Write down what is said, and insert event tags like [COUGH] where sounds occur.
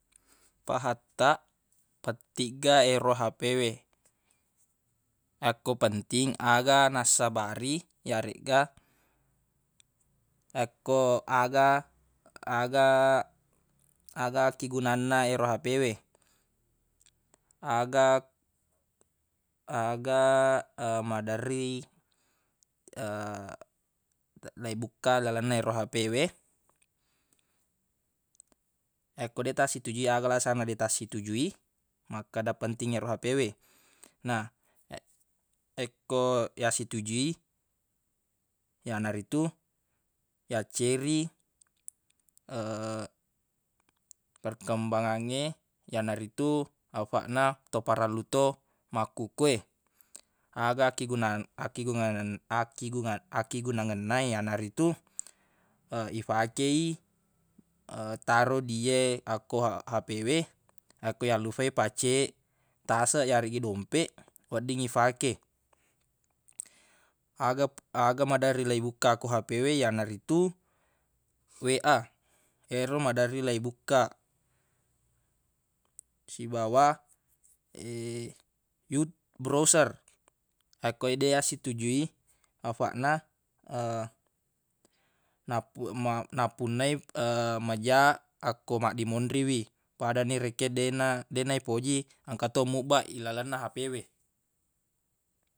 Pahatta pentigga yero hape we [NOISE] akko penting aga nassabari yaregga [NOISE] akko aga- aga- aga akkigunanna yero hape we [NOISE] aga- aga [HESITATION] maderri [HESITATION] leibukka lalenna ero hape we yakko deq tasitujui aga alasanna deq tasitujui makkada penting yero hape we na [HESITATION] yekko yassitujui yanaritu yacceri [HESITATION] perkembangangnge yanaritu afaq na toparellu to makkukue aga akkigunan- akkigungangeng- akkigunangenna yanaritu [HESITATION] ifake i [HESITATION] taro di e akko [HESITATION] hape we akko yallufai pacce taseq yareggi dompeq weddingngi ifake aga- aga maderri leibukka ko hape we yanaritu we a yero maderri leibukka [NOISE] sibawa [HESITATION] yub- broser akko deq yassitujui afaq na [HESITATION] nappu- ma- nappunnai [HESITATION] maja akko maddimonri wi pada ni rekeng dena dena ipoji e engka to mubba ilalenna hape we.